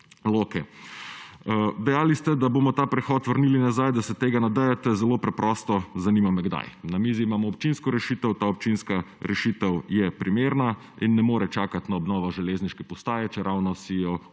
Dejali ste, da bomo ta prehod vrnili nazaj, da se tega nadejate. Zelo preprosto: Zanima me, kdaj? Na mizi imamo občinsko rešitev, ta občinska rešitev je primerna in ne more čakati na obnovo železniške postaje, čeravno si jo